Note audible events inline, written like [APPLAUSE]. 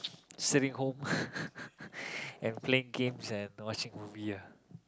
sitting home [LAUGHS] and playing games and watching movie ah